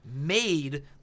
made